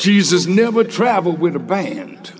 jesus never travel with a band